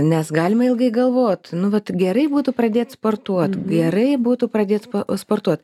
nes galima ilgai galvot nu vat gerai būtų pradėt sportuot gerai būtų pradėt sportuot sportuot